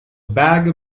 bag